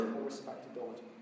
respectability